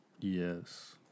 Yes